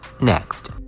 next